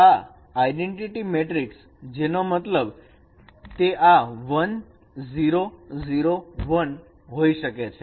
તો આ identity matrix જેનો મતલબ તે આ 1 0 0 1 હોઈ શકે છે